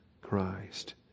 Christ